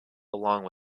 along